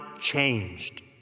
changed